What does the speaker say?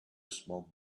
smoke